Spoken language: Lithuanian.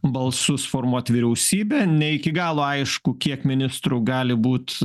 balsus formuoti vyriausybę ne iki galo aišku kiek ministrų gali būt